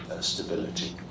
stability